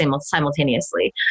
simultaneously